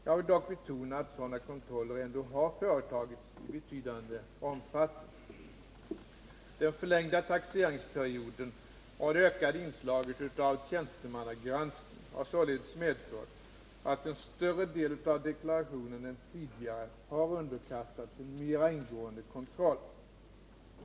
Jag vill dock betona att sådana kontroller ändå har företagits i betydande omfattning. Den förlängda taxeringsperioden och det ökade inslaget av tjänstemannagranskning har således medfört att en större del av deklarationerna än tidigare har underkastats en mera ingående kontroll.